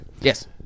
Yes